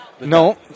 no